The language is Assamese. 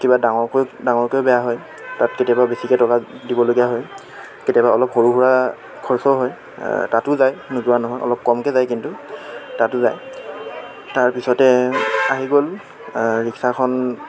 কিবা ডাঙৰকৈ ডাঙৰকৈ বেয়া হয় তাত কেতিয়াবা বেছিকে টকা দিবলগীয়া হয় কেতিয়াবা অলপ সৰু সুৰা খৰচাও হয় তাতো যায় নোযোৱা নহয় অলপ কমকে যায় কিন্তু তাতো যায় তাৰপিছতে আহি গ'ল ৰিক্সাখন